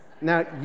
Now